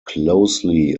closely